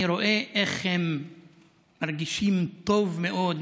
אני רואה איך הם מרגישים טוב מאוד,